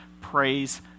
Praise